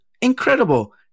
Incredible